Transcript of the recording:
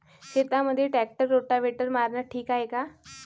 शेतामंदी tractor rotavator मारनं ठीक हाये का?